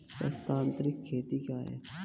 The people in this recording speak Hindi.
स्थानांतरित खेती क्या है?